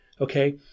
Okay